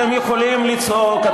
אתם יכולים לצעוק,